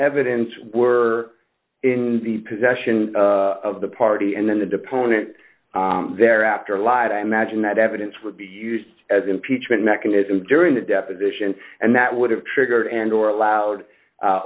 evidence were in the possession of the party and then the deponent thereafter lied i imagine that evidence would be used as an impeachment mechanism during the deposition and that would have triggered and or allowed